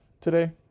today